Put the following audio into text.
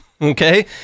okay